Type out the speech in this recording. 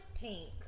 pink